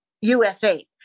USA